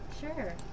Sure